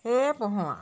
সেইয়ে পঢ়োঁ আৰু